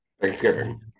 Thanksgiving